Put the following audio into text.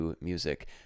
music